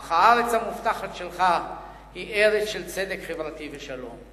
אך הארץ המובטחת שלך היא ארץ של צדק חברתי ושלום.